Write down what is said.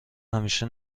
همیشه